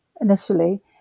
initially